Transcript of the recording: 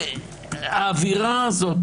האווירה הזאת,